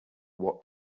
what